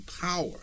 power